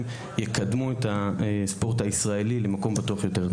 יקדמו את הספורט הישראלי למקום בטוח יותר.